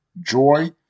joy